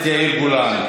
לא אמר?